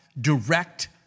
direct